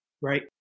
right